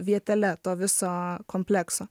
vietele to viso komplekso